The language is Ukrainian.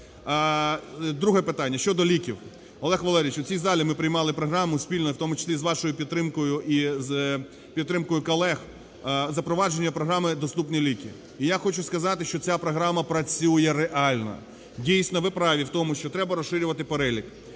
Друге питання: щодо ліків. Олег Валерійович, у цій залі ми приймали програму спільно, в тому числі з вашою підтримкою і з підтримкою колег, запровадження програми "Доступні ліки". І я хочу сказати, що ця програма працює реально. Дійсно, ви праві в тому, що треба розширювати перелік,